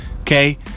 okay